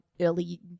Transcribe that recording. early